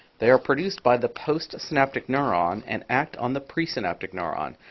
they are produced by the postsynaptic neuron and act on the presynaptic neuron.